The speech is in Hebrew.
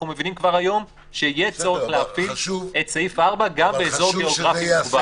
מבינים כבר היום שיהיה צורך להפיץ את סעיף 4 גם באזור גיאוגרפי מוגבל.